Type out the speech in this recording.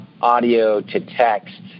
audio-to-text